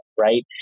right